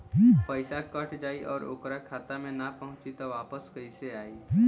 पईसा कट जाई और ओकर खाता मे ना पहुंची त वापस कैसे आई?